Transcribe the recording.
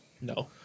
No